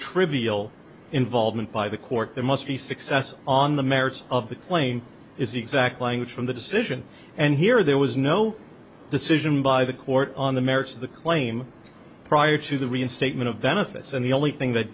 trivial involvement by the there must be success on the merits of the claim is the exact language from the decision and here there was no decision by the court on the merits of the claim prior to the reinstatement of benefits and the only thing that